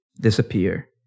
disappear